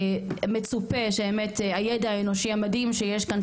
מצופה שבאמת הידע האנושי המדהים שיש כאן,